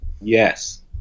Yes